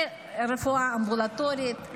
לרפואה אמבולטורית,